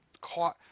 caught